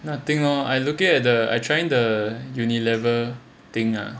nothing lor I looking at the I trying the Unilever thing ah